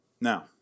Now